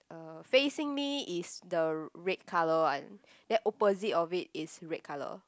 uh facing me is the red colour one then opposite of it is red colour